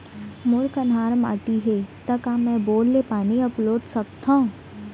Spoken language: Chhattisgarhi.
मोर कन्हार माटी हे, त का मैं बोर ले पानी अपलोड सकथव?